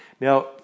Now